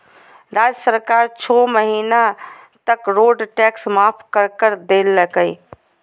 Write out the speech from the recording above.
राज्य सरकार छो महीना तक रोड टैक्स माफ कर कर देलकय